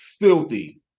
filthy